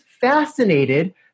fascinated